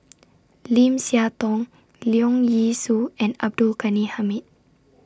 Lim Siah Tong Leong Yee Soo and Abdul Ghani Hamid